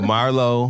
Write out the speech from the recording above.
Marlo